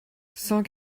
cent